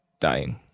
dying